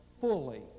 fully